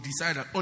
decided